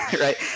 right